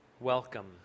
welcome